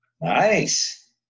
nice